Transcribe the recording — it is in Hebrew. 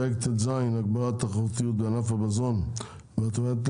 פרק ט"ז (הגברת התחרותיות בענף המזון והטואלטיקה)